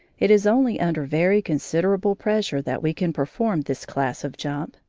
it is only under very considerable pressure that we can perform this class of jump,